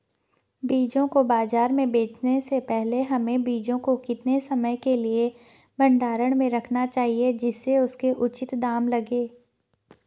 बीजों को बाज़ार में बेचने से पहले हमें बीजों को कितने समय के लिए भंडारण में रखना चाहिए जिससे उसके उचित दाम लगें?